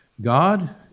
God